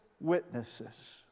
witnesses